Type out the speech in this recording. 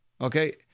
okay